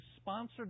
sponsored